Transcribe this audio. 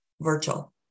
virtual